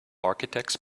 architects